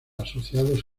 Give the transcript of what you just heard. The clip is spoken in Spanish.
asociados